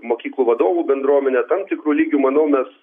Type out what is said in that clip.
mokyklų vadovų bendruomenė tam tikru lygiu manau mes